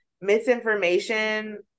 misinformation